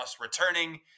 returning